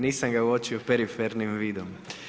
Nisam ga uočio perifernim vidom.